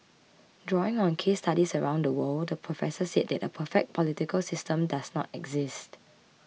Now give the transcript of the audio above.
drawing on case studies around the world the professor said that a perfect political system does not exist